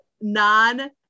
non